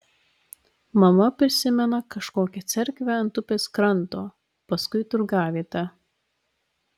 mama prisimena kažkokią cerkvę ant upės kranto paskui turgavietę